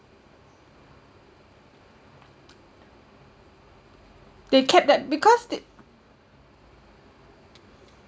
they cap that because they